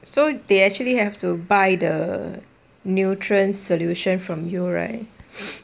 so they actually have to buy the nutrient solution from you right